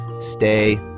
Stay